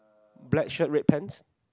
black shirt red pants